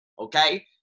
okay